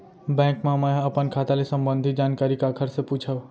Bank मा मैं ह अपन खाता ले संबंधित जानकारी काखर से पूछव?